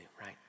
right